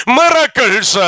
miracles